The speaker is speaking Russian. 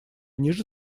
ниже